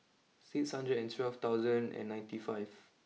six hundred and twelve thousand and ninety five